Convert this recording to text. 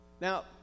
Now